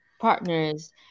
partners